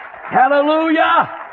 Hallelujah